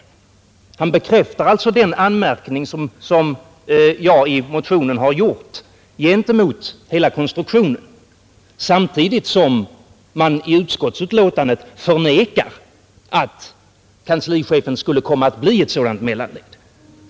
Herr Grebäck bekräftar alltså den anmärkning som jag i motionen har gjort gentemot hela konstruktionen, samtidigt som man i utskottsbetänkandet förnekar att kanslichefen skulle komma att bli ett sådant mellanled.